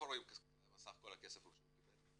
הראשי מופיע סך כל הכסף שהוא קיבל.